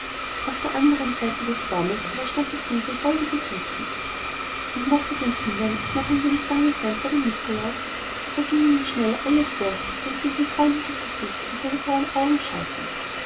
auf der andern seite des baumes aber stand das liebe goldige christkind und mochte den kindern auch noch ein wenig bange sein vor dem nikolaus so verging ihnen schnell alle furcht wenn sie in sein freundliches gesicht und seine guten blauen augen schauten